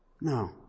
No